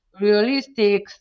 realistic